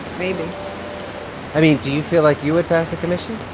maybe i mean, do you feel like you would pass a commission?